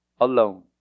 Alone